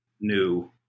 new